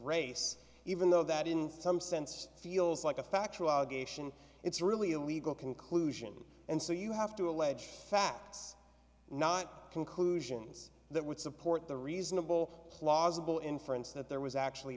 race even though that in some sense feels like a factual allegation it's really a legal conclusion and so you have to allege facts not conclusions that would support the reasonable plausible inference that there was actually